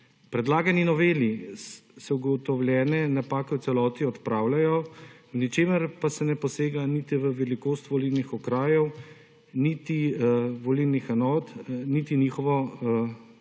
predlagani noveli so ugotovljene napake v celoti odpravljajo v ničemer pa se ne posega niti v velikost volilnih okrajev niti volilnih enot niti njihovo